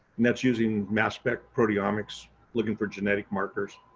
and that's using mass spec proteomics looking for genetic markers.